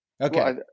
Okay